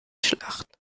schlacht